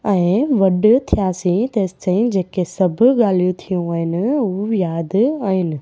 ऐं वॾा थियासे तेंसि ताईं जेके सभु ॻाल्हियूं थियूं आहिनि उहे बि यादि आहिनि